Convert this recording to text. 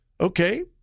Okay